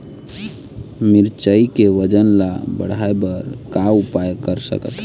मिरचई के वजन ला बढ़ाएं बर का उपाय कर सकथन?